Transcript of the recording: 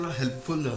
helpful